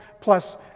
plus